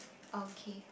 okay